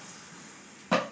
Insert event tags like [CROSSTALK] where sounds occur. [NOISE]